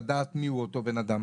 לדעת מי הוא אותו הבנאדם.